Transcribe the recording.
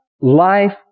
life